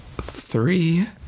three